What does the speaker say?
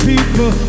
People